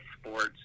sports